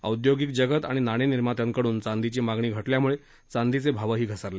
औद्योगिक जगत आणि नाणे निर्मात्यांकडुन चांदीची मागणी घटल्यामुळे चांदीचे भावही घसरले